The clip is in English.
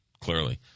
Clearly